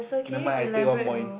nevermind I take one point